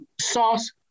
Sauce